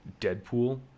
deadpool